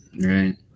Right